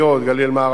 הגליל המערבי,